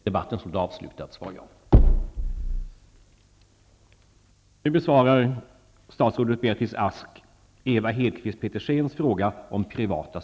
Statsrådet har enligt tidningsuppgifter uttalat att hennes målsättning är att bortemot var femte grundskoleelev skall gå i en privat skola vid slutet av 90-talet, om hon får råda.